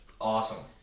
Awesome